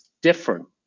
different